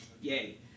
yay